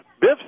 Biff